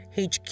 HQ